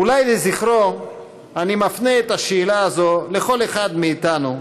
אולי לזכרו אני מפנה את השאלה הזאת לכל אחד מאיתנו,